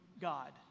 God